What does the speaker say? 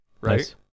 right